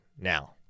now